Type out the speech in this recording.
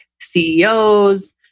CEOs